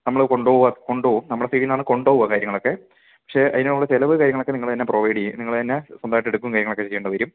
നമ്മൾ കൊണ്ട് പോവ്വാ കൊണ്ട് പോകും നമ്മുടെ ടീമീന്ന് കൊണ്ട് പോവ്വാ കാര്യങ്ങളൊക്കെ പക്ഷേ അതിനുള്ള ചിലവ് കാര്യങ്ങളൊക്കെ നിങ്ങൾ തന്നെ പ്രൊവൈഡ് ചെയ്യ് നിങ്ങൾ തന്നെ ഉണ്ടാക്കിയെടുക്കുകയും കാര്യങ്ങളൊക്കെ ചെയ്യണ്ടി വരും